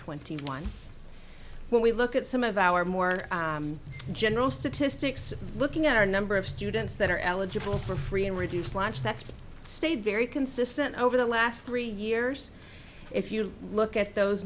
twenty one when we look at some of our more general statistics looking at our number of students that are eligible for free and reduced lunch that's stayed very consistent over the last three years if you look at those